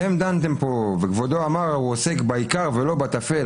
אתם דנתם פה וכבודו אמר שהוא עוסק בעיקר ולא בטפל.